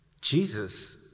Jesus